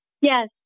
Yes